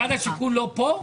משרד השיכון לא פה?